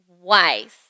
twice